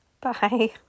Bye